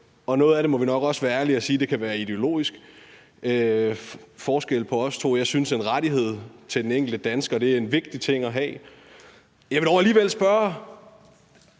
noget af det må vi nok også være ærlige at sige kan være en ideologisk forskel på os to; jeg synes, en rettighed til den enkelte dansker er en vigtig ting at have. Jeg vil dog alligevel spørge